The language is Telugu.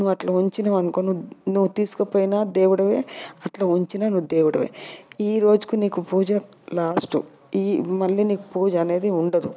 నువ్వు అట్లా ఉంచినవనుకో నువ్వు నువ్వు తీసుకుపోయిన దేవుడివే అట్లా ఉంచినా నువ్వు దేవుడివే ఈరోజుకు నీకు పూజ లాస్ట్ మళ్ళీ నీకు పూజ అనేది ఉండదు